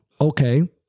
okay